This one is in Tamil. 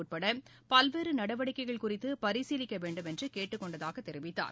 உட்பட பல்வேறு நடவடிக்கைகள் குறித்து பரிசீலிக்க வேண்டும் என்று கேட்டுக்கொண்டதாக தெரிவித்தார்